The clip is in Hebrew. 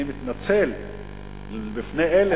אני מתנצל בפני אלה,